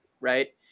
right